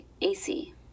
AC